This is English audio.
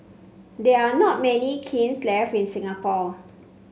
there are not many kilns left in Singapore